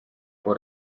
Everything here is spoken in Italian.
può